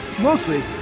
mostly